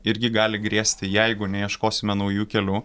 irgi gali grėsti jeigu neieškosime naujų kelių